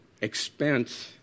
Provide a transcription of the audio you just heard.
expense